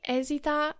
esita